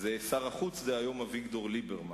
זה שר החוץ דהיום אביגדור ליברמן.